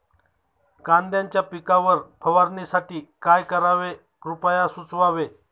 कांद्यांच्या पिकावर फवारणीसाठी काय करावे कृपया सुचवावे